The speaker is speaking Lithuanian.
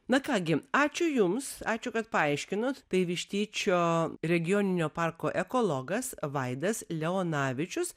na ką gi ačiū jums ačiū kad paaiškinot tai vištyčio regioninio parko ekologas vaidas leonavičius